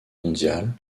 mondiale